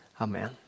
amen